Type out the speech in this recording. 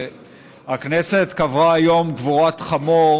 הכנסת קברה היום קבורת חמור